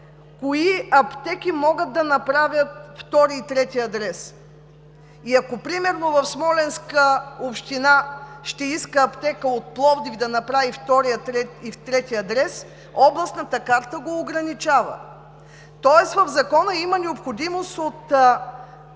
кои аптеки могат да направят втори и трети адрес. Ако примерно Смолянска община ще иска аптека от Пловдив, за да направи втори и трети адрес, Областната карта го ограничава, тоест в Закона има необходимост от